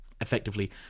Effectively